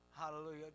Hallelujah